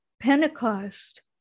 Pentecost